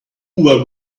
were